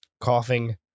coughing